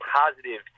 positive